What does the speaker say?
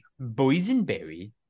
Boysenberry